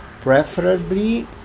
preferably